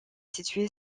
située